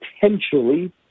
potentially –